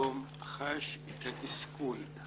חש את התסכול מיום ליום.